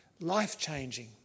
life-changing